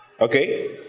okay